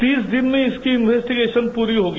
तीस दिन में इसकी इन्वेस्टीगेशन पूरी होगी